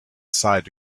aside